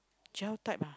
gel type lah